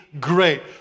great